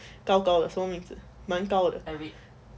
高高的什么名字蛮高的